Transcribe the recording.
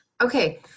Okay